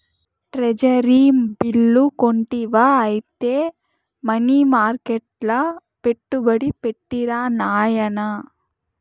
treasury bill కొంటివా ఐతే money మర్కెట్ల పెట్టుబడి పెట్టిరా నాయనా